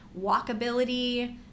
walkability